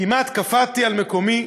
כמעט קפאתי על מקומי,